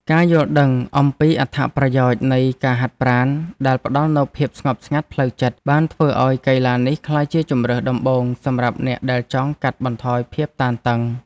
ការយល់ដឹងអំពីអត្ថប្រយោជន៍នៃការហាត់ប្រាណដែលផ្ដល់នូវភាពស្ងប់ស្ងាត់ផ្លូវចិត្ត បានធ្វើឱ្យកីឡានេះក្លាយជាជម្រើសដំបូងសម្រាប់អ្នកដែលចង់កាត់បន្ថយភាពតានតឹង។